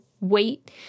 wait